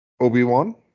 obi-wan